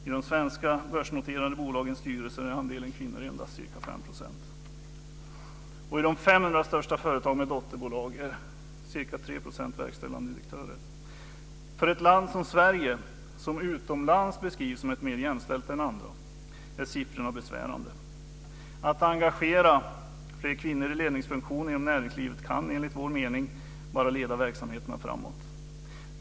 I de svenska börsnoterade bolagens styrelser är andelen kvinnor endast ca 5 %, och i de 500 största företagen med dotterbolag är ca 3 % verkställande direktörer. För ett land som Sverige, som utomlands beskrivs som mer jämställt än andra, är siffrorna besvärande. Att engagera fler kvinnor i ledningsfunktioner inom näringslivet kan, enligt vår mening, bara leda verksamheterna framåt.